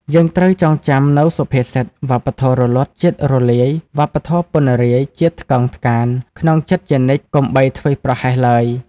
យើងត្រូវចងចាំនូវសុភាសិត «វប្បធម៌រលត់ ជាតិរលាយ វប្បធម៌ពណ្ណរាយ ជាតិថ្កើងថ្កាន» ក្នុងចិត្តជានិច្ចកុំបីធ្វេសប្រហែសឡើយ។